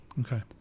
Okay